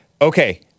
Okay